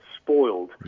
spoiled